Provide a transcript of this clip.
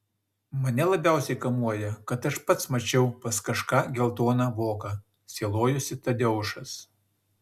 mane labiausiai kamuoja kad aš pats mačiau pas kažką geltoną voką sielojosi tadeušas